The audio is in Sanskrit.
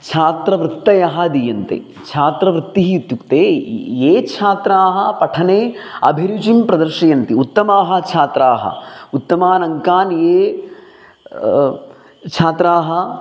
छात्रवृत्तयः दीयन्ते छात्रवृत्तिः इत्युक्ते ये छात्राः पठने अभिरुचिं प्रदर्शयन्ति उत्तमाः छात्राः उत्तमान् अङ्कान् ये छात्राः